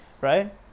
right